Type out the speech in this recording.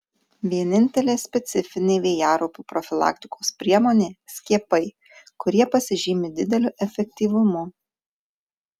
vienintelė specifinė vėjaraupių profilaktikos priemonė skiepai kurie pasižymi dideliu efektyvumu